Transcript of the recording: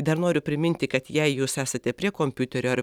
dar noriu priminti kad jei jūs esate prie kompiuterio ar